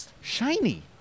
Shiny